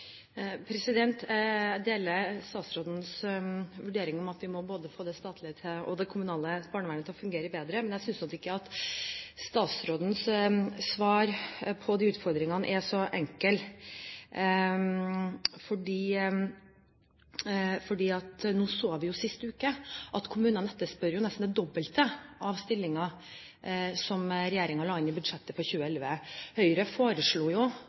Jeg deler statsrådens vurdering av at vi må få både det statlige og det kommunale barnevernet til å fungere bedre. Men jeg synes nok ikke at statsrådens svar på disse utfordringene er så enkelt, for vi så sist uke at kommunene etterspør nesten dobbelt så mange stillinger som det regjeringen la inn i budsjettet for 2011. Høyre foreslo